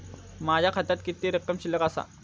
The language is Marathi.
माझ्या खात्यात किती रक्कम शिल्लक आसा?